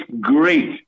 great